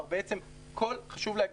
חשוב להגיד,